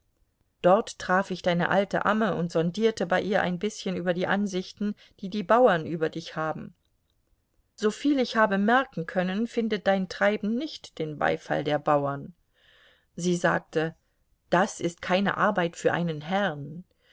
dort traf ich deine alte amme und sondierte bei ihr ein bißchen über die ansichten die die bauern über dich haben soviel ich habe merken können findet dein treiben nicht den beifall der bauern sie sagte das ist keine arbeit für einen herrn